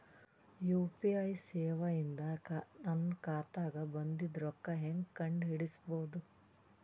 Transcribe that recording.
UPI ಸೇವೆ ಇಂದ ನನ್ನ ಖಾತಾಗ ಬಂದಿದ್ದ ರೊಕ್ಕ ಹೆಂಗ್ ಕಂಡ ಹಿಡಿಸಬಹುದು?